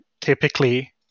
Typically